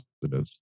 positive